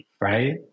right